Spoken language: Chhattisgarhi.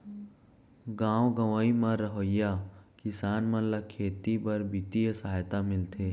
गॉव गँवई म रहवइया किसान मन ल खेती बर बित्तीय सहायता मिलथे